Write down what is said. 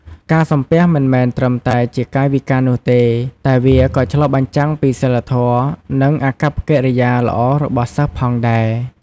ការសំពះមិនមែនត្រឹមតែជាកាយវិការនោះទេ តែវាក៏ឆ្លុះបញ្ចាំងពីសីលធម៌ និងអាកប្បកិរិយាល្អរបស់សិស្សផងដែរ។